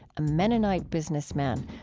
a mennonite businessman,